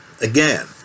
Again